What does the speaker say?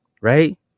right